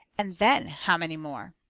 and then how many more?